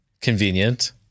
Convenient